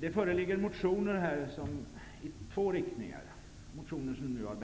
Det föreligger här motioner med två olika inriktningar. Den ena gruppen motioner syftar